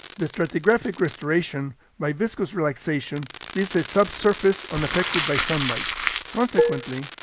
the stratigraphic restoration by viscous relaxation leaves a subsurface unaffected by sunlight consequently,